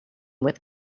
with